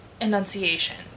enunciation